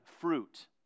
fruit